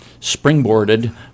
springboarded